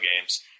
games